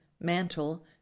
Mantle